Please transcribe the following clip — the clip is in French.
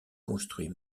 construit